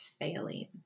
failing